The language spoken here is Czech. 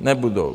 Nebudou.